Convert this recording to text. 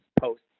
post